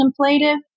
contemplative